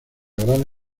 gran